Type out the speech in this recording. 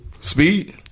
Speed